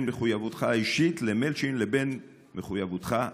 בין מחויבותך האישית למילצ'ן לבין מחויבותך לציבור".